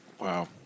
wow